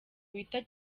wita